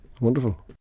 Wonderful